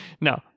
no